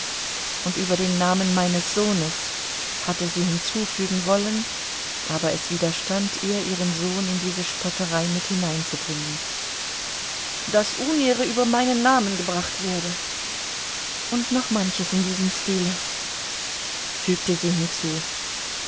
und über den namen meines sohnes hatte sie hinzufügen wollen aber es widerstand ihr ihren sohn in diese spötterei mit hineinzubringen daß unehre über meinen namen gebracht werde und noch manches in diesem stile fügte sie hinzu